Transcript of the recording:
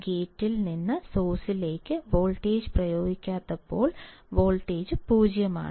ഗേറ്റിൽ നിന്ന് സോഴ്സിലേക്ക് വോൾട്ടേജ് പ്രയോഗിക്കാത്തപ്പോൾ വോൾട്ടേജ് 0 ആണ്